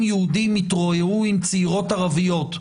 יהודים יתרועעו עם צעירות ערביות,